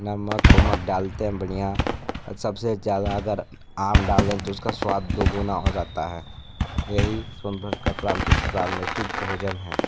नमक उमक डालते हैं बढ़िया सबसे ज़्यादा अगर आम डालें तो उसका स्वाद दोगुना हो जाता है यही सोनभद्र का प्राकृतिक भोजन है